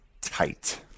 tight